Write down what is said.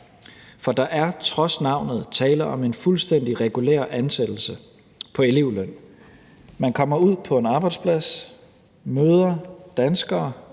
For der er trods navnet tale om en fuldstændig regulær ansættelse på elevløn. Man kommer ud på en arbejdsplads, møder danskere,